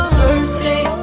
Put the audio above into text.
birthday